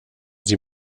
sie